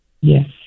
Yes